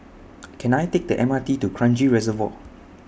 Can I Take The M R T to Kranji Reservoir